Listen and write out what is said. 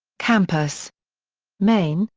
campus main,